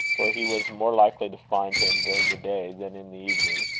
where he was more likely to find him during the day than in the evening.